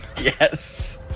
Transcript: Yes